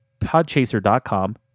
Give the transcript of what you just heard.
podchaser.com